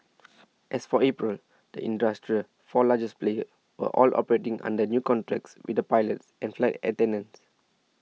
as for April the industry's four largest players were all operating under new contracts with their pilots and flight attendants